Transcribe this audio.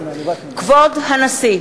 כבוד הנשיא!